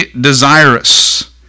desirous